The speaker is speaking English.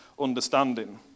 understanding